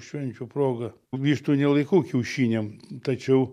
švenčių proga vištų nelaikau kiaušiniam tačiau